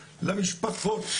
למשפחות,